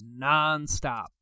nonstop